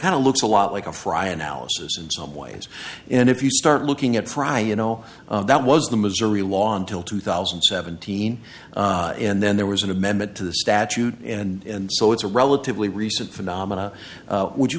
kind of looks a lot like a fry analysis in some ways and if you start looking at frye you know that was the missouri law until two thousand and seventeen and then there was an amendment to the statute in so it's a relatively recent phenomena would you